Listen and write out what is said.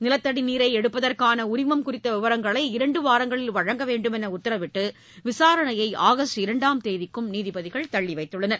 நிலத்தடி நீரை எடுப்பதற்கான உரிமம் குறித்த விவரங்களை இரண்டு வாரங்களில் வழங்க வேண்டுமென்று உத்தரவிட்டு விசாரணையை ஆகஸ்ட் இரண்டாம் தேதிக்கு தள்ளி வைத்தனர்